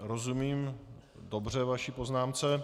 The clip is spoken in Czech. Rozumím dobře vaší poznámce.